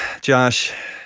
Josh